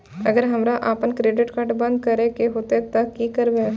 अगर हमरा आपन क्रेडिट कार्ड बंद करै के हेतै त की करबै?